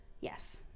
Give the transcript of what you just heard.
Yes